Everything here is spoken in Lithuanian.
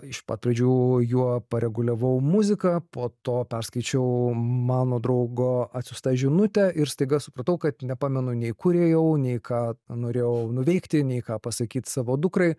iš pat pradžių juo pareguliavau muziką po to perskaičiau mano draugo atsiųstą žinutę ir staiga supratau kad nepamenu nei kur ėjau nei ką norėjau nuveikti nei ką pasakyt savo dukrai